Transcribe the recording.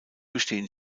bestehen